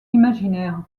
imaginaire